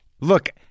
Look